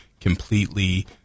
completely